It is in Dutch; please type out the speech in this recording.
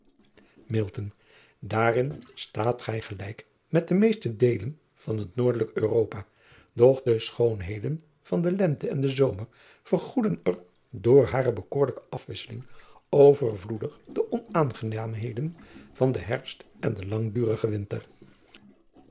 aarin staat zij gelijk met de meeste deelen van het oordelijk uropa doch de schoonheden van de ente en den omer vergoeden er door driaan oosjes zn et leven van aurits ijnslager hare bekoorlijke afwisseling overvloedig de onaangenaamheden van den erfst en den langdurigen inter